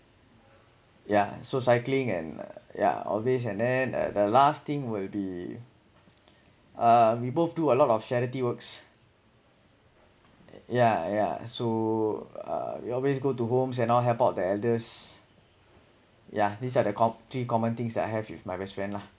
yeah so cycling and yeah obvious and then uh the last thing will be uh we both do a lot of charity works yeah yeah so uh we always go to homes and all help out the elders yeah these are the com~ three common things that I have with my best friend lah